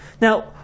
Now